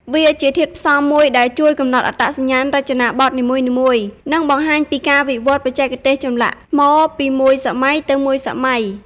វាជាធាតុផ្សំមួយដែលជួយកំណត់អត្តសញ្ញាណរចនាបថនីមួយៗ និងបង្ហាញពីការវិវត្តន៍បច្ចេកទេសចម្លាក់ថ្មពីមួយសម័យទៅមួយសម័យ។